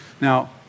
Now